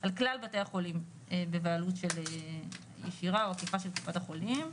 על כלל בתי החולים בבעלות ישירה או עקיפה של קופת החולים,